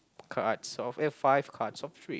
cards of a five cards of three